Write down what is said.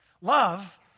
Love